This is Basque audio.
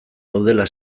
daudela